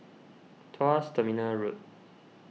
Tuas Terminal Road